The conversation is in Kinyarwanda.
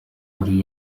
muri